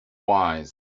wise